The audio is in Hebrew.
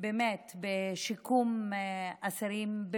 של שיקום אסירים,